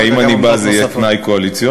רגע, אם אני בא זה יהיה תנאי קואליציוני?